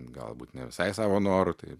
galbūt ne visai savo noru tai